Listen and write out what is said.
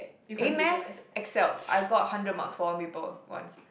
a math excel I got hundred mark for one paper once